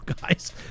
guys